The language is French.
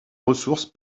ressources